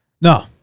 No